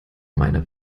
meiner